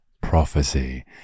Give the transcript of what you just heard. prophecy